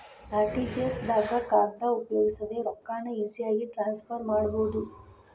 RTGS ದಾಗ ಕಾಗದ ಉಪಯೋಗಿಸದೆ ರೊಕ್ಕಾನ ಈಜಿಯಾಗಿ ಟ್ರಾನ್ಸ್ಫರ್ ಮಾಡಬೋದು